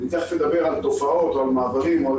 מיד אדבר על תופעות או על מעברים או על